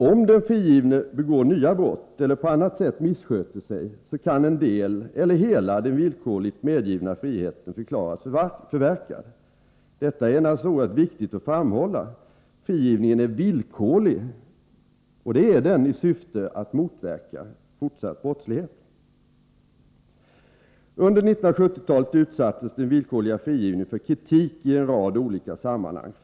Om den frigivne begår nya brott eller på annat sätt missköter sig kan en del av eller hela den villkorligt medgivna friheten förklaras förverkad. Detta är naturligtvis oerhört viktigt att framhålla — frigivningen är villkorlig, och den är det därför att syftet är att motverka fortsatt brottslighet. Under 1970-talet utsattes den villkorliga frigivningen för kritik i en rad olika sammanhang.